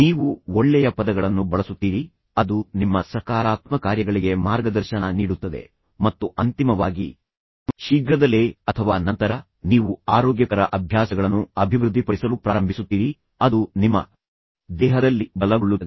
ನೀವು ಒಳ್ಳೆಯ ಪದಗಳನ್ನು ಬಳಸುತ್ತೀರಿ ಅದು ನಿಮ್ಮ ಸಕಾರಾತ್ಮಕ ಕಾರ್ಯಗಳಿಗೆ ಮಾರ್ಗದರ್ಶನ ನೀಡುತ್ತದೆ ಮತ್ತು ಅಂತಿಮವಾಗಿ ಶೀಘ್ರದಲ್ಲೇ ಅಥವಾ ನಂತರ ನೀವು ಆರೋಗ್ಯಕರ ಅಭ್ಯಾಸಗಳನ್ನು ಅಭಿವೃದ್ಧಿಪಡಿಸಲು ಪ್ರಾರಂಭಿಸುತ್ತೀರಿ ಅದು ನಿಮ್ಮ ದೇಹದಲ್ಲಿ ಬಲಗೊಳ್ಳುತ್ತದೆ